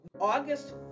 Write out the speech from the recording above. August